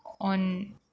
on